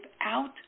out